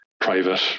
private